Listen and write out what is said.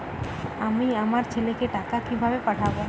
আমি আমার ছেলেকে টাকা কিভাবে পাঠাব?